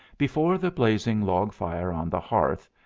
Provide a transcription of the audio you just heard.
before the blazing log fire on the hearth,